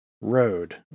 road